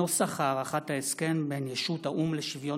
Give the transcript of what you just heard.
נוסח הארכת ההסכם בין ישות האו"ם לשוויון